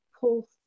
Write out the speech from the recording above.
pull